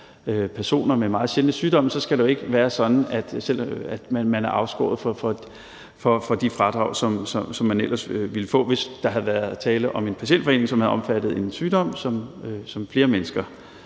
personer med meget sjældne sygdomme, skal det jo ikke være sådan, at man er afskåret fra de fradrag, som man ellers ville få, hvis der havde været tale om en patientforening, som havde omfattet en sygdom, som flere mennesker